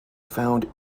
found